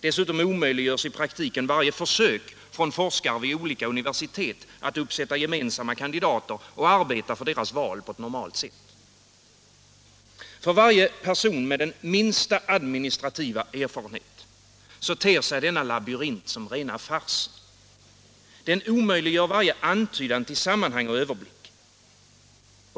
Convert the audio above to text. Dessutom omöjliggörs i praktiken varje försök från forskare vid olika universitet att uppsätta gemensamma kandidater och arbeta för deras val på ett normalt sätt. För varje person med minsta administrativa erfarenhet ter sig denna labyrint som rena farsen. Den omöjliggör varje antydan till sammanhang och överblick.